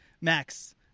Max